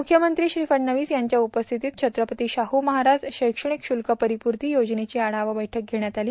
म्रख्यमंत्री श्री फडणवीस यांच्या उपस्थितीत छत्रपती शाहू महाराज शैक्षणिक शुल्क परिपूर्ती योजनेची आढावा बैठक घेण्यात आली